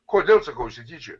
kodėl sakau išsityčiojo